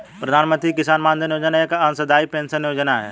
प्रधानमंत्री किसान मानधन योजना एक अंशदाई पेंशन योजना है